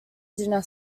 dinner